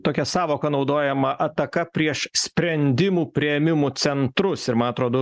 tokia sąvoka naudojama ataka prieš sprendimų priėmimų centrus ir man atrodo